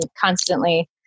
constantly